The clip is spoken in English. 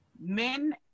Men